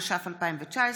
התש"ף 2019,